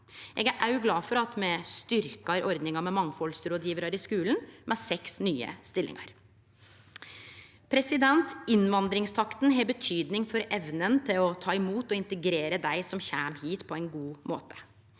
Eg er òg glad for at me styrkjer ordninga med mangfaldsrådgjevarar i skulen med seks nye stillingar. Innvandringstakten har betydning for evna til å ta imot og integrere dei som kjem hit, på ein god måte.